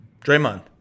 Draymond